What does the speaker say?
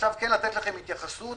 עכשיו לתת לכם התייחסות